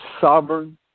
sovereign